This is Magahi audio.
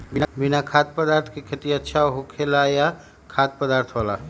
बिना खाद्य पदार्थ के खेती अच्छा होखेला या खाद्य पदार्थ वाला?